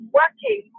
working